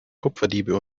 kupferdiebe